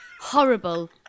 Horrible